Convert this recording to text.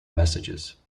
messages